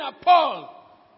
Paul